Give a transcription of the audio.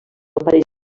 apareix